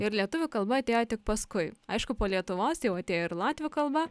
ir lietuvių kalba atėjo tik paskui aišku po lietuvos jau atėjo ir latvių kalba